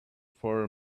for